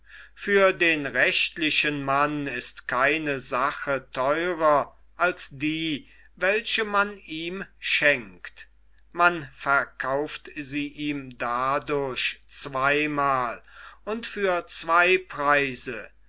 für den rechtlichen mann ist keine sache theurer als die welche man ihm schenkt man verkauft sie ihm dadurch zwei mal und für zwei preise